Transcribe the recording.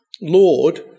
Lord